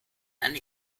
eine